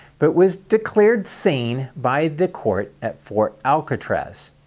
but was declared sane by the court at fort alcatraz.